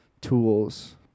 tools